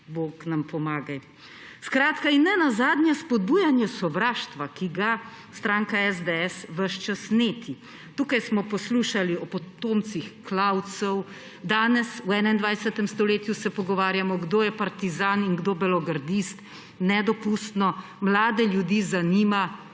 bog nam pomagaj! Nenazadnje spodbujanje sovraštva, ki ga stranka SDS ves čas neti. Tukaj smo poslušali o potomcih klavcev, danes, v 21. stoletju, se pogovarjamo, kdo je partizan in kdo je belogardist. Nedopustno. Mlade ljudi zanima